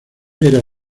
era